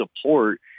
support